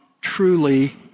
truly